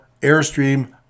airstream